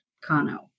Kano